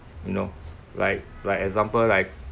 you know like like example like